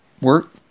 work